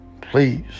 please